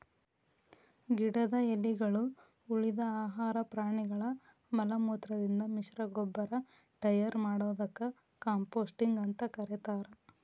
ಗಿಡದ ಎಲಿಗಳು, ಉಳಿದ ಆಹಾರ ಪ್ರಾಣಿಗಳ ಮಲಮೂತ್ರದಿಂದ ಮಿಶ್ರಗೊಬ್ಬರ ಟಯರ್ ಮಾಡೋದಕ್ಕ ಕಾಂಪೋಸ್ಟಿಂಗ್ ಅಂತ ಕರೇತಾರ